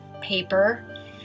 paper